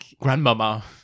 grandmama